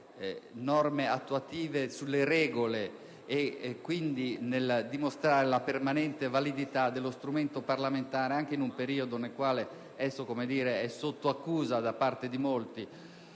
norme attuative sulle regole e nel dimostrare, quindi, la permanente validità dello strumento parlamentare anche in un periodo nel quale esso è sotto accusa da parte di molti